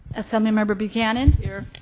assembly member buchanan. here.